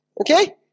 Okay